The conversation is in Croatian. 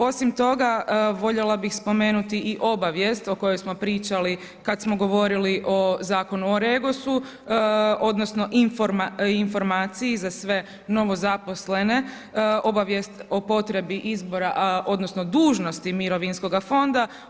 Osim toga, voljela bih spomenuti i obavijest o kojoj smo pričali kad smo govorili o Zakonu o REGOS-u, odnosno informaciji za sve novozaposlene, obavijest o potrebi izbora, odnosno dužnosti mirovinskog fonda.